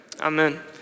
amen